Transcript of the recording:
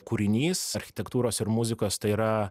kūrinys architektūros ir muzikos tai yra